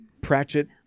Pratchett